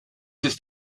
ist